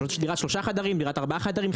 דירה שלושת חדרים, דירת ארבעה חדרים.